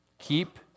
Keep